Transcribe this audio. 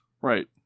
Right